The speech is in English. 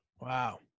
Wow